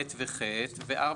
(ב) ו-(ח) ו-4,